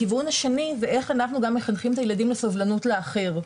בכיוון השני זה איך אנחנו גם מחנכים את הילדים לסובלנות לאחר,